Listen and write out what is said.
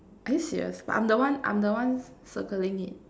are you serious but I'm the one I'm the one c~ circling it